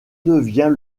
devient